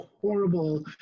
horrible